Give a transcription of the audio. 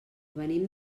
venim